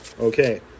Okay